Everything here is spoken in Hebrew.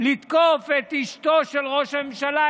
לתקוף את אשתו של ראש הממשלה,